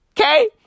Okay